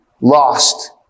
lost